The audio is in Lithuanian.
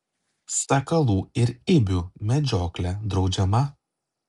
sakalų ir ibių medžioklė draudžiama